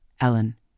Ellen